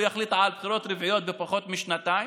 הוא יחליט על בחירות רביעיות בפחות משנתיים,